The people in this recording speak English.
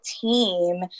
team